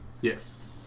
Yes